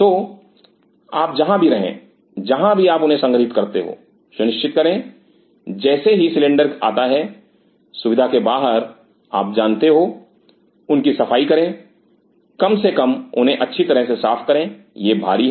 तो आप जहां भी रहे जहां भी आप उन्हें संग्रहित करते हो सुनिश्चित करें जैसे ही सिलेंडर आता है सुविधा के बाहर आप जानते हो उनकी सफाई करें कम से कम उन्हें अच्छी तरह से साफ करें यह भारी है